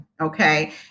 Okay